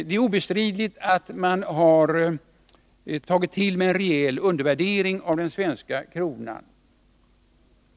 Det är obestridligt att man rejält har undervärderat den svenska kronan.